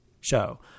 show